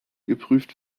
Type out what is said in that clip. geprüft